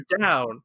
down